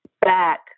back